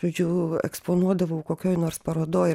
žodžiu eksponuodavau kokioj nors parodoj ir